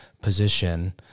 position